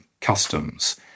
customs